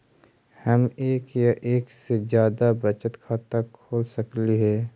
हम एक या एक से जादा बचत खाता खोल सकली हे?